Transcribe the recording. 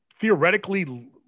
theoretically